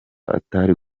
atari